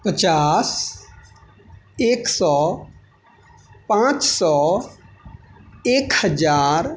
पचास एक सए पाँच सए एक हजार